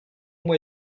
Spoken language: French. mois